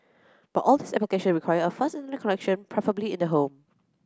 but all these application require a fast Internet connection preferably in the home